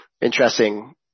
interesting